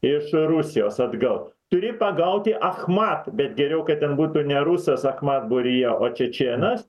iš rusijos atgal turi pagauti achmat bet geriau kad ten būtų ne rusas achmat būryje o čečėnas